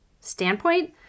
standpoint